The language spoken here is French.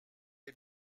est